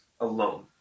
alone